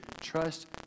Trust